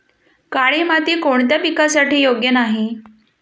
काळी माती कोणत्या पिकासाठी योग्य नाही?